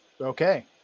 Okay